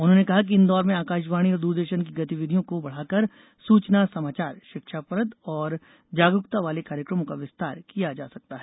उन्होंने कहा कि इंदौर में आकाशवाणी और दूरदर्शन की गतिविधियों को बढ़ाकर सूचना समाचार शिक्षाप्रद और जागरूकता वाले कार्यक्रमों का विस्तार किया जा सकता है